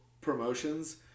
promotions